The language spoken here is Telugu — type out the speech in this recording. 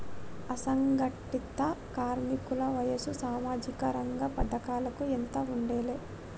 అసంఘటిత కార్మికుల వయసు సామాజిక రంగ పథకాలకు ఎంత ఉండాలే?